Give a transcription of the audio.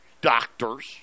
doctors